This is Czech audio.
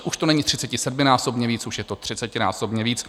Už to není třicetisedminásobně víc, už je to třicetinásobně víc.